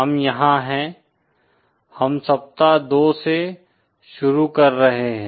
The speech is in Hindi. हम यहां हैं हम सप्ताह 2 से शुरू कर रहे हैं